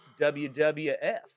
WWF